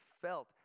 felt